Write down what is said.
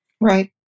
Right